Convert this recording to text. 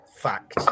fact